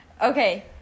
Okay